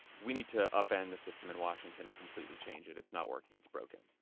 we need to upend the system in washington and completely change it. it's not working. it's broken.